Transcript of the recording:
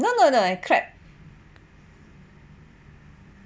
no no no I clap